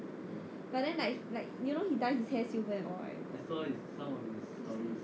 but then like like you know he dye his hair silver and all right